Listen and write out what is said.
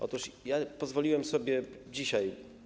Otóż ja pozwoliłem sobie dzisiaj.